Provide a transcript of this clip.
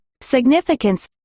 Significance